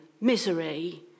misery